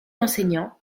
enseignants